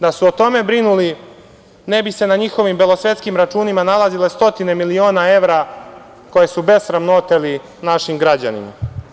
Da su o tome brinuli ne bi se na njihovim belosvetskim računima nalazile stotine miliona evra, koje su besramno oteli našim građanima.